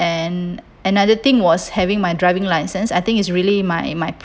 and another thing was having my driving license I think is really my my